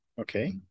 Okay